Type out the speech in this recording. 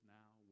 now